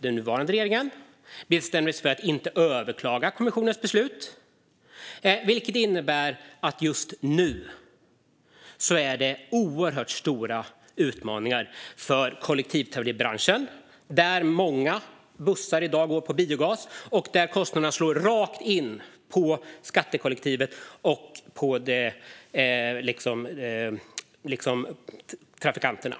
Den nuvarande regeringen bestämde sig för att inte överklaga kommissionens beslut, vilket innebär att det just nu är oerhört stora utmaningar för kollektivtrafikbranschen. Många bussar går i dag på biogas, och kostnaderna slår rakt in på skattekollektivet och trafikanterna.